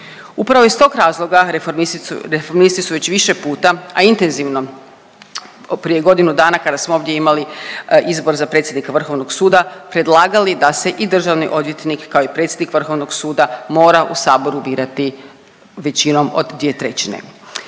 Upravo iz tog razloga reformisti su već više puta, a intenzivno prije godinu dana kada smo ovdje imali izbor za predsjednika Vrhovnog suda, predlagali da se i državni odvjetnik kao i predsjednik Vrhovnog suda, mora u saboru birati većinom od 2/3. Vidimo